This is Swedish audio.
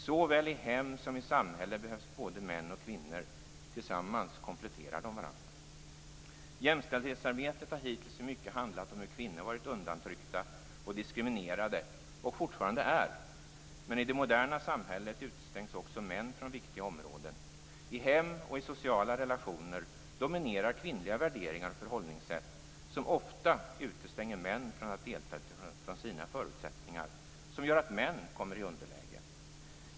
Såväl i hem som i samhälle behövs både män och kvinnor - tillsammans kompletterar de varandra. Jämställdhetsarbetet har hittills i mycket handlat om hur kvinnor varit undertryckta och diskriminerade - och fortfarande är. Men i det moderna samhället utestängs också män från viktiga områden. I hem och i sociala relationer dominerar kvinnliga värderingar och förhållningssätt, som ofta utestänger män från att delta utifrån sina förutsättningar, som gör att män kommer i underläge.